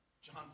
John